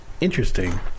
Interesting